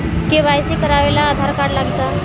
KYC करावे ला Aadhaar card लागी का?